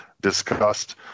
discussed